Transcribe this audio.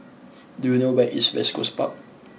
do you know where is West Coast Park